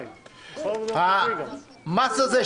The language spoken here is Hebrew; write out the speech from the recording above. המס הזה,